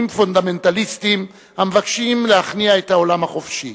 פונדמנטליסטיים המבקשים להכניע את העולם החופשי.